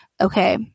Okay